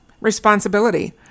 responsibility